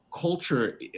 culture